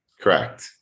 Correct